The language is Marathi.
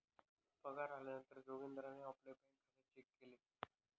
पगार आल्या नंतर जोगीन्दारणे आपले बँक खाते चेक केले